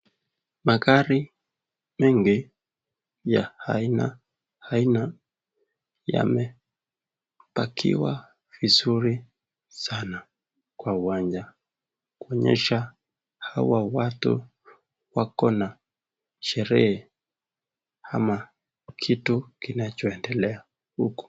Magari mengi ya aina aina yamepakiwa vizuri sana kwa uwanja kuonyesha hawa watu wako na sherehe ama kitu kinachoendelea huku.